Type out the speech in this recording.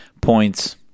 points